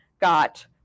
got